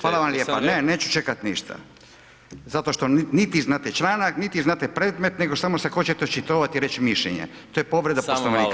Hvala vam lijepa, ne neću čekat ništa zato što niti znate članak, niti znate predmet, nego samo se hoćete očitovat i reći mišljenje, to je povreda Poslovnika.